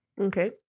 Okay